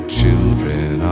children